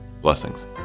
Blessings